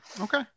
Okay